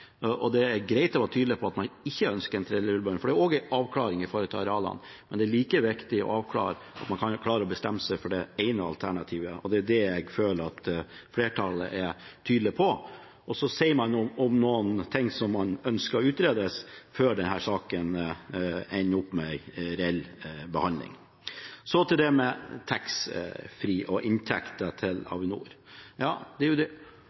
framtida. Det er greit å være tydelig på at man ikke ønsker en tredje rullebane, for det er også en avklaring for arealene. Men det er like viktig at man klarer å bestemme seg for det ene alternativet. Det er det jeg føler at flertallet er tydelig på, og man sier noe om det man ønsker skal utredes før denne saken ender opp med en reell behandling. Så til taxfree og inntekter til Avinor. Det overordnede viktige med Avinor-modellen er at de inntektene som kommer inn, brukes til å drifte et godt nett i hele landet vårt. Det er